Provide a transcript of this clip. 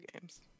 games